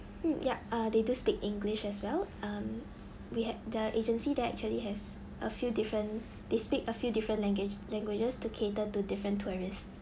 mm yup uh they do speak english as well um we have the agency there actually has a few different they speak a few different langua~ languages to cater to different tourists